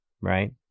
Right